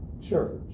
church